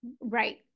Right